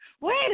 Wait